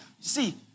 See